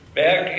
back